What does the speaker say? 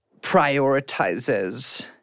prioritizes